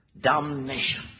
Damnation